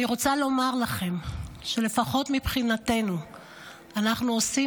אני רוצה לומר לכם שלפחות מבחינתנו אנחנו עושים